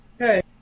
okay